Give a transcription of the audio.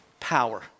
Power